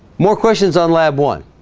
more questions on lab one